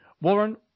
warren